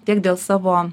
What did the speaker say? tiek dėl savo